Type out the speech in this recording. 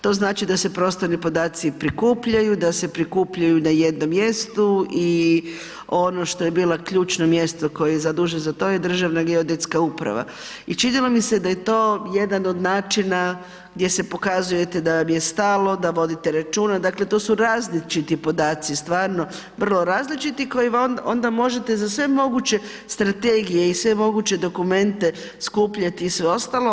To znači da se prostorni podaci prikupljaju, da se prikupljaju na jednom mjestu i ono što je bilo ključno mjesto koje je zaduženo za to je Državna geodetska uprava i činilo mi se da je to jedan od načina gdje se pokazujete da vam je stalom, da vodite računa, dakle to su različiti podaci, stvarno vrlo različiti koje onda možete za sve moguće strategije i sve moguće dokumente skupljati i sve ostalo.